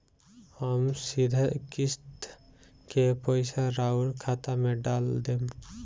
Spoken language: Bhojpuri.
हम सीधे किस्त के पइसा राउर खाता में डाल देम?